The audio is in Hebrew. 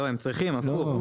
לא הם צריכים הפוך.